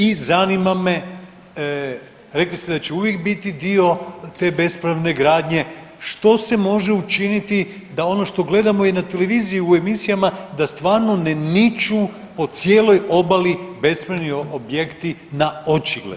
I zanima me, rekli ste da će uvijek biti dio te bespravne gradnje, što se može učiniti da ono što gledamo i na televiziji i u emisijama da stvarno ne niču po cijeloj obali bespravni objekti na očigled?